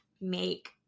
make